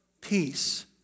peace